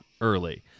early